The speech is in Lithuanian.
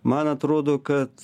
man atrodo kad